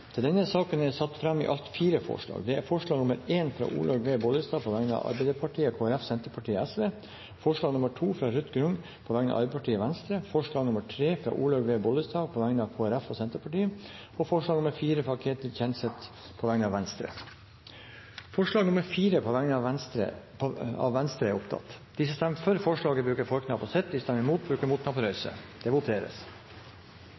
til revidert nasjonalbudsjett for 2015 fremme konkrete tiltak med bevilgningsforslag for å sikre tilstrekkelig akuttberedskap i berørte områder.» Under debatten er det satt fram i alt fire forslag. Det er forslag nr. 1, fra Olaug V. Bollestad på vegne av Arbeiderpartiet, Kristelig Folkeparti, Senterpartiet og Sosialistisk Venstreparti forslag nr. 2, fra Ruth Grung på vegne av Arbeiderpartiet og Venstre forslag nr. 3, fra Olaug V. Bollestad på vegne av Kristelig Folkeparti og Senterpartiet forslag nr. 4, fra Ketil Kjenseth på vegne av Venstre Det voteres